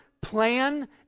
plan